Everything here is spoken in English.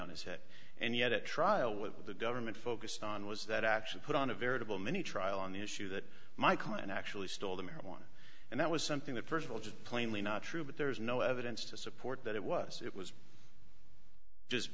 on his head and yet at trial with the government focused on was that actually put on a veritable mini trial on the issue that my client actually stole the marijuana and that was something that first of all just plainly not true but there is no evidence to support that it was it was just